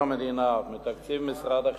בתקציב משרד החינוך,